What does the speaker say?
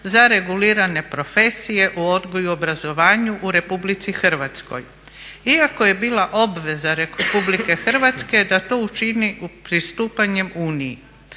za regulirane profesije u odgoju i obrazovanju u RH. Iako je bila obaveza RH da to učini pristupanjem Uniji.